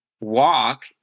walk